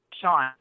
Sean